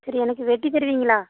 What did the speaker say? சரி எனக்கு வெட்டி தருவீங்களா